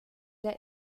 der